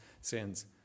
sins